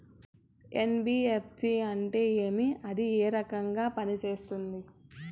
NBFC అంటే ఏమి అది ఏ రకంగా పనిసేస్తుంది